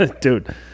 Dude